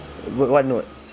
what what notes